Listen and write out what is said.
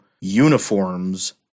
uniforms